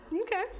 Okay